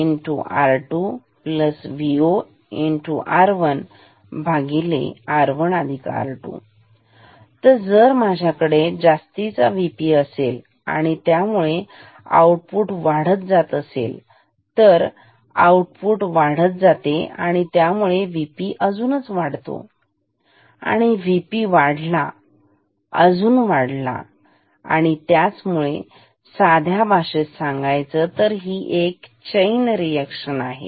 Vp Vi R2Vo R1R1R2 तर जर माझ्याकडे जास्तीचा VP असेल आणि त्यामुळे आउटपुट वाढत जाते ठीक जर आउटपुट वाढत असेल तर VP अजूनच वाढतो आणि VP वाढले की नाही अजून वाढते आणि त्याच मुळे साध्या भाषेत सांगायचं म्हटलं तर ही एक चैन रिएक्शन आहे